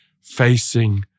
facing